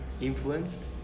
influenced